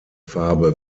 farbe